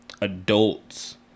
adults